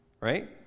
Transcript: right